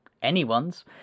anyone's